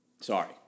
Sorry